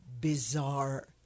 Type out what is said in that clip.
bizarre